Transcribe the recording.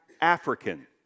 African